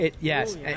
Yes